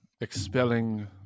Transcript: Expelling